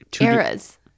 Eras